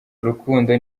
urukundo